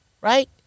Right